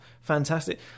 Fantastic